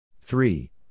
Three